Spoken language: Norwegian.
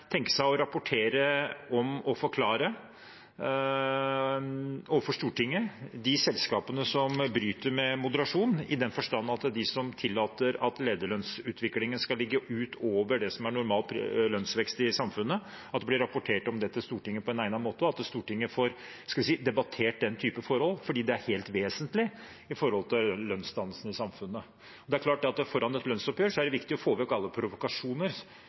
tenke seg å rapportere og forklare overfor Stortinget om de selskapene som bryter med moderasjonen, i den forstand at når det gjelder de som tillater at lederlønnsutviklingen skal ligge over det som er normal lønnsvekst i samfunnet, blir det rapport om det til Stortinget på en egnet måte, og at Stortinget får – skal vi si – debattert den type forhold, fordi det er helt vesentlig med tanke på lønnsdannelsen i samfunnet? Det er klart at foran et lønnsoppgjør er det viktig å få vekk alle provokasjoner,